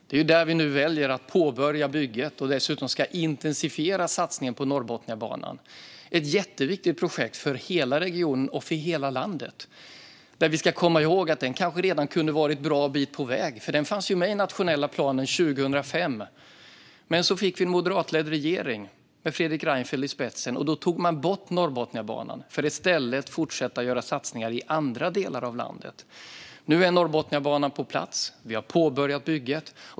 Det är där vi nu väljer att påbörja bygget och dessutom intensifiera satsningen. Det är ett jätteviktigt projekt för hela regionen och för hela landet. Vi ska komma ihåg att den kanske redan hade kunnat vara en bra bit på väg, för den fanns med i den nationella planen 2005. Men så fick vi en moderatledd regering med Fredrik Reinfeldt i spetsen, och då tog man bort Norrbotniabanan för att i stället fortsätta att göra satsningar i andra delar av landet. Nu är Norrbotniabanan på plats, och vi har påbörjat bygget.